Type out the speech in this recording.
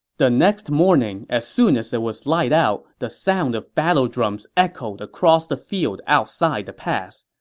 the next morning, as soon as it was light out, the sound of battle drums echoed across the field outside the pass.